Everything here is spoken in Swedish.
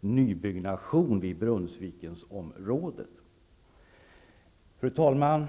nybyggnation vid Brunnsvikensområdet? Fru talman!